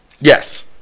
Yes